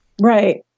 Right